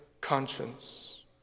conscience